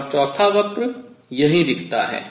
और चौथा वक्र यहीं दिखता है